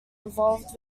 involved